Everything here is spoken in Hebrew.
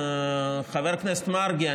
חבר הכנסת מרגי,